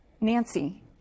Nancy